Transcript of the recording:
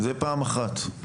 זה פעם אחת.